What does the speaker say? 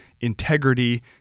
integrity